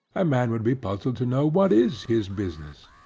a man would be puzzled to know what is his business.